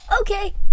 Okay